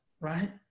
right